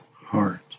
heart